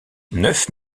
neuf